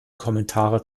kommentare